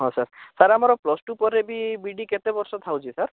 ହଁ sir sir ଆମର plus two ପରେ ବି ବି ଇ ଡ଼ି କେତେ ବର୍ଷ ଥାଉଛି ସାର୍